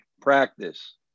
practice